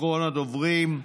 אחרון הדוברים,